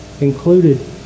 included